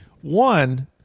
One